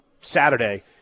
Saturday